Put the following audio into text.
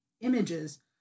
images